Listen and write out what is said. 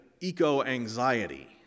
eco-anxiety